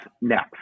next